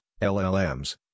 LLMs